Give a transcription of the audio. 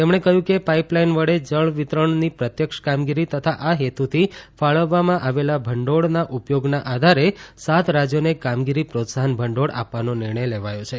તેમણે કહ્યું કે પાઈપલાઈન વડે જળ વિતરણની પ્રત્યક્ષ કામગીરી તથા આ હેતુથી ફાળવવામાં આવેલા ભંડોળના ઉપયોગના આધારે સાત રાજ્યોને કામગીરી પ્રોત્સાહન ભંડોળ આપવાનો નિર્ણય લેવાયો છે